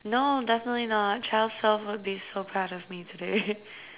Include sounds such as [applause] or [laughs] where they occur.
no definitely not child self would be so proud of me today [laughs]